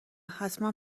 حتما